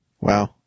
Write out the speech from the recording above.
Wow